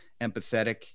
empathetic